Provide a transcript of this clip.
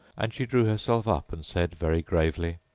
and she drew herself up and said, very gravely,